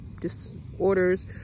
disorders